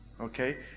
okay